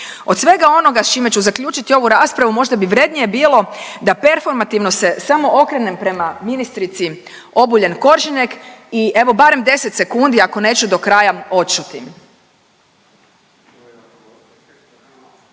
Od svega onoga s čime ću zaključiti ovu raspravu, možda bi vrijednije bilo da performativno se samo okrenem prema ministrici Obuljen Koržinek i evo barem 10 sekundi ako neću do kraja odšutim.